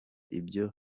ibyo